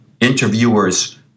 interviewer's